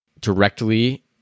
directly